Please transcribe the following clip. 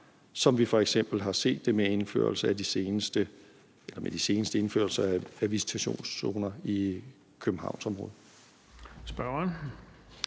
som vi f.eks. har set det med den seneste indførelse af visitationszoner i Københavnsområdet.